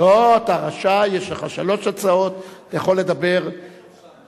טיבי (רע"ם-תע"ל): לכן, אמרנו לשר ולממשלה,